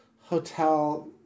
hotel